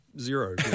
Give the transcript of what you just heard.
Zero